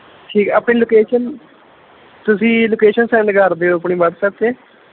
ਠੀਕ ਹੈ ਆਪਣੀ ਲੋਕੇਸ਼ਨ ਤੁਸੀਂ ਲੋਕੇਸ਼ਨ ਸੈਂਡ ਕਰ ਦਿਓ ਆਪਣੀ ਵੱਟਸਐੱਪ 'ਤੇ